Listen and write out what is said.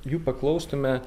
jų paklaustume